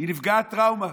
היא נפגעת טראומה.